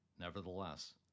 Nevertheless